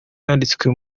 yanditswe